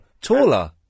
Taller